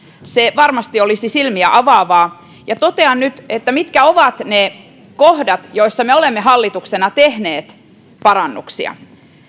se varmasti olisi silmiä avaavaa totean nyt mitkä ovat ne kohdat joissa me olemme hallituksena tehneet parannuksia